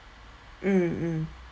mm mm